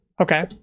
Okay